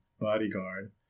Bodyguard